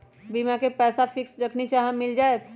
बीमा के पैसा फिक्स जखनि चाहम मिल जाएत?